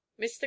Mr